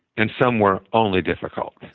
and some were only difficult.